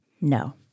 No